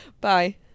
Bye